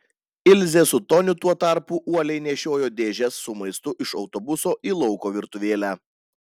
ilzė su toniu tuo tarpu uoliai nešiojo dėžes su maistu iš autobuso į lauko virtuvėlę